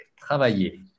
travailler